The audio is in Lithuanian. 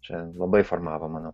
čia labai formavo mane